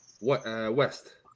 West